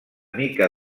mica